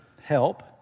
help